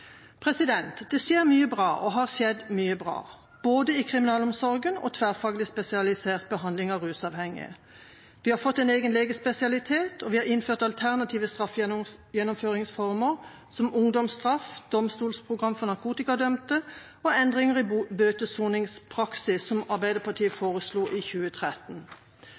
vurdering. Det skjer og har skjedd mye bra både i kriminalomsorgen og i tverrfaglig spesialisert behandling av rusavhengige. Vi har fått en egen legespesialitet, og vi har innført alternative straffegjennomføringsformer som ungdomsstraff, domstolsprogram for narkotikadømte og endringer i bøtesoningspraksis, som Arbeiderpartiet foreslo i 2013.